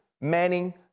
Manning